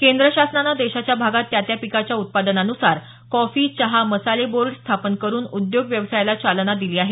केंद्र शासनाने देशाच्या भागात त्या त्या पिकाच्या उत्पादनानुसार कॉफी चहा मसाले बोर्ड स्थापन करून उद्योग व्यवसायाला चालना दिली आहे